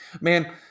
Man